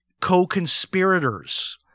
co-conspirators